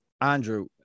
Andrew